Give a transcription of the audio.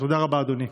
תודה רבה, אדוני.